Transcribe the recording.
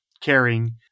caring